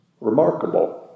remarkable